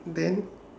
then